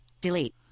Delete